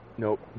Nope